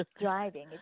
driving